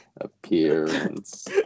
appearance